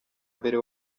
mbere